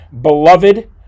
beloved